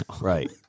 Right